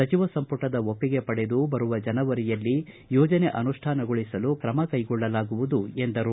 ಸಚಿವ ಸಂಪುಟದ ಒಪ್ಪಿಗೆ ಪಡೆದು ಬರುವ ಜನೆವರಿಯಲ್ಲಿ ಯೋಜನೆ ಅನುಷ್ಠಾನಗೊಳಿಸಲು ತ್ರಮ ಕೈಗೊಳ್ಳಲಾಗುವುದು ಎಂದರು